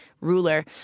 ruler